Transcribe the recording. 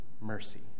mercy